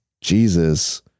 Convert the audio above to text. Jesus